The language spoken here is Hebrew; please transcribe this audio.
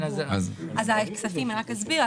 אני רק אסביר.